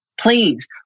Please